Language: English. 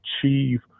achieve